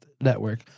Network